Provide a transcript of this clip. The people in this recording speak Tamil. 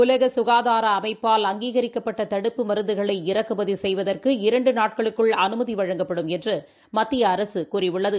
உலகசுகாதாரஅமைப்பால் அங்கீகரிக்கப்பட்டதடுப்புப் மருந்துகளை இறக்குமதிசெய்வதற்கு இரண்டுநாட்களுக்குள் அனுமதிவழங்கப்படும் என்றுமத்தியஅரசுகூறியுள்ளது